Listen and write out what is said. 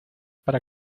para